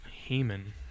Haman